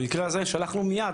במקרה הזה שלחנו מיד,